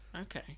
Okay